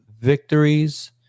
victories